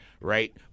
right